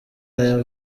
aya